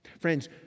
Friends